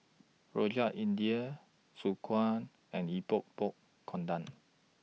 Rojak India Soon Kway and Epok Epok Kentang